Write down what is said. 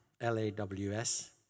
L-A-W-S